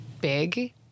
big